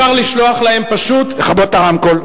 אם אפשר לשלוח פשוט, לכבות את הרמקול.